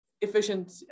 efficient